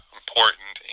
important